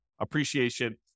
appreciation